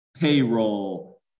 payroll